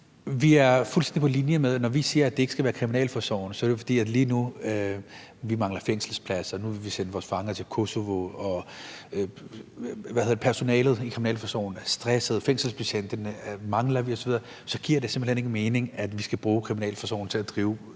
Vi er fuldstændig på linje. Når vi siger, at det ikke skal være kriminalforsorgen, er det jo, fordi vi lige nu, hvor vi mangler fængselspladser, vil sende vores fanger til Kosovo. Personalet i kriminalforsorgen er stresset, og fængselsbetjente mangler vi osv., og så giver det simpelt hen ikke mening, at vi skal bruge Kriminalforsorgen til at drive